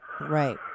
Right